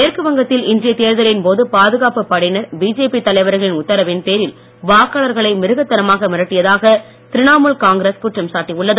மேற்கு வங்கத்தில் இன்றைய தேர்தலின் போது பாதுகாப்புப் படையினர் பிஜேபி தலைவர்களின் உத்தரவின் பேரில் வாக்காளர்களை மிருகத் தனமாக மிரட்டியதாக திரிணாமூல் காங்கிரஸ் குற்றம் சாட்டியுள்ளது